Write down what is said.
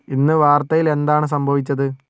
ഇന്ന് വാർത്തയിൽ എന്താണ് സംഭവിച്ചത്